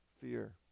fear